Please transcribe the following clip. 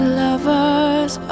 lovers